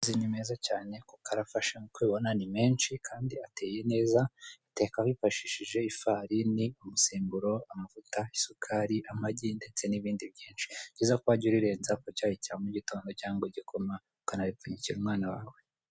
Amandazi ni meza cyane kuko arafashe, nk'uko ubibona ni menshi kandi ateye neza, uyateka wifashishije ifarini, umusemburo, amavuta, isukari, amagi ndetse n'ibindi byinshi, ni byiza ko wajya urirenza ku cyayi cya mugitondo cyangwa igikoma ukanabipfunyikira umwana wawe.